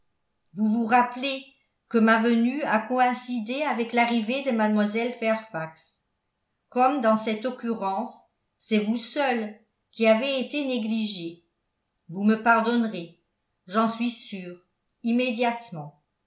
vous vous rappelez que ma venue a coïncidé avec l'arrivée de mlle fairfax comme dans cette occurrence c'est vous seule qui avez été négligée vous me pardonnerez j'en suis sûr immédiatement